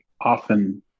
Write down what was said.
often